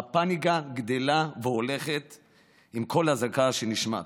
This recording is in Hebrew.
והפניקה גדלה והולכת עם כל אזעקה שנשמעת.